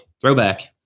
throwback